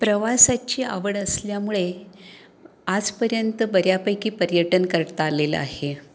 प्रवासाची आवड असल्यामुळे आजपर्यंत बऱ्यापैकी पर्यटन करता आलेलं आहे